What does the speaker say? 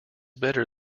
better